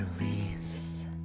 Release